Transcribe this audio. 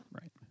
Right